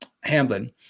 Hamblin